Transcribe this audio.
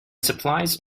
supplies